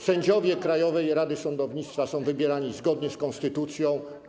Sędziowie Krajowej Rady Sądownictwa są wybierani zgodnie z konstytucją.